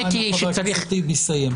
חבר הכנסת טיבי, אנא, סיים.